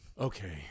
Okay